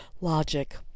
Logic